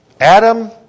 Adam